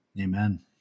Amen